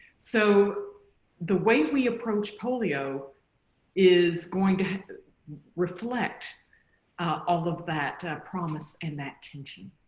so the way we approach polio is going to reflect all of that promise and that tension.